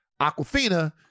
Aquafina